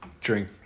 drink